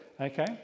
Okay